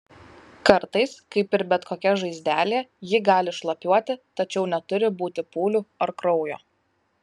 kartais kaip ir bet kokia žaizdelė ji gali šlapiuoti tačiau neturi būti pūlių ar kraujo